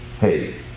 hey